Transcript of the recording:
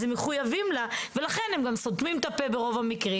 אז הם מחויבים לה ולכן הם גם סותמים את הפה ברוב המקרים,